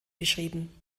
beschrieben